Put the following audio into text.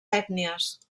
ètnies